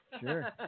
Sure